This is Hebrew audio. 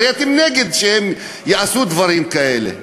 הרי אתם נגד זה שהם יעשו דברים כאלה.